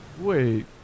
Wait